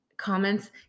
Comments